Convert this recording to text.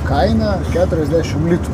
kaina keturiasdešimt litų